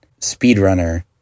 speedrunner